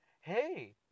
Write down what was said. Hey